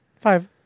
Five